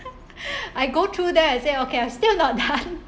I go through that I say okay I'm still not done